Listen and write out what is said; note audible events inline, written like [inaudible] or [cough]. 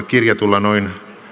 [unintelligible] kirjatulla noin